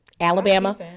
Alabama